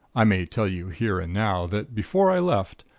i may tell you here and now, that before i left,